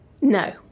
No